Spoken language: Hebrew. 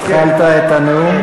התחלת את הנאום?